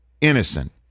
innocent